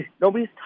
Nobody's